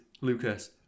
Lucas